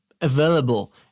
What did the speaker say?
available